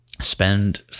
spend